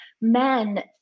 Men